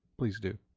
please do,